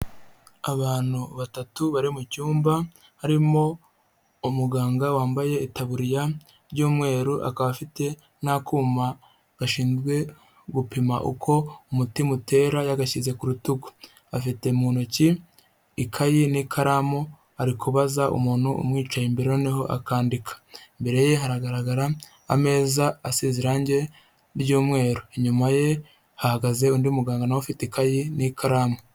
Abantu batatu bari mu cyumba, harimo umuganga wambaye itaburiya y'umweru, akaba afite n'akuma gashinzwe gupima uko umutima utera yagashyize ku rutugu. Afite mu ntoki ikayi n'ikaramu, ari kubaza umuntu umwicaye imbere noneho akandika. Imbere ye hagaragara ameza asize irangi ry'umweru. Inyuma ye hahagaze undi muganga na we ufite ikayi n'ikaramu.